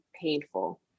painful